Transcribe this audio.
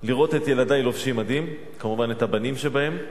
לראות את ילדי לובשים מדים, כמובן את הבנים שבהם,